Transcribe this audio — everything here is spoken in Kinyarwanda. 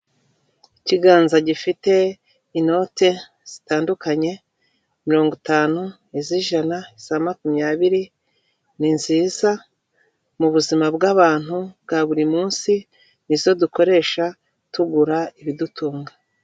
Ikiganza gifite inote zitandukanye, mirongo itanu, iz'ijana, iza makumyabiri, ni nziza mu buzima bw'abantu bwa buri munsi, nizo dukoresha tugura ibidutunga.